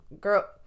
Girl